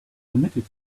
permitted